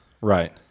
right